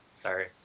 Sorry